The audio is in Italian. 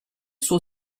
suo